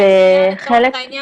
כי כבדי שמיעה,